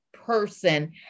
person